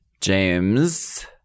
James